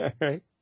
right